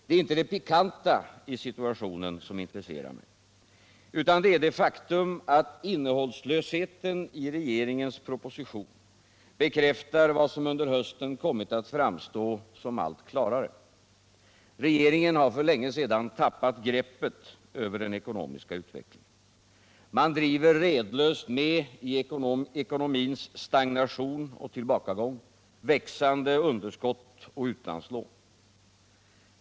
Det är inte det pikanta i situationen som intresserar mig, utan det är det faktum att innehållslösheten i regeringens proposition bekräftar vad som under hösten kommit att framstå som allt klarare — regeringen har för länge sedan tappat greppet över den ekonomiska utvecklingen. Man driver redlöst med i ekonomins stagnation och tillbakagång, växande underskott och utlandslån.